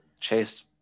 Chase